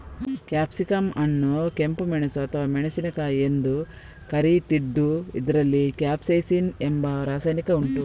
capsicum ಅನ್ನು ಕೆಂಪು ಮೆಣಸು ಅಥವಾ ಮೆಣಸಿನಕಾಯಿ ಎಂದು ಕರೀತಿದ್ದು ಇದ್ರಲ್ಲಿ ಕ್ಯಾಪ್ಸೈಸಿನ್ ಎಂಬ ರಾಸಾಯನಿಕ ಉಂಟು